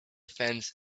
fence